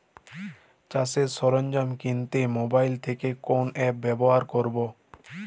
চাষের সরঞ্জাম কিনতে মোবাইল থেকে কোন অ্যাপ ব্যাবহার করব?